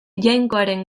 jainkoaren